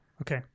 Okay